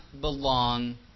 belong